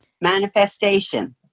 manifestation